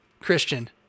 Christian